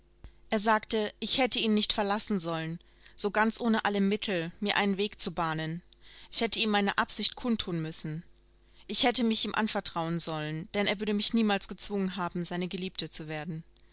er sagte ich hätte ihn nicht verlassen sollen so ganz ohne alle mittel mir einen weg zu bahnen ich hätte ihm meine absicht kundthun müssen ich hätte mich ihm anvertrauen sollen denn er würde mich niemals gezwungen haben seine geliebte zu werden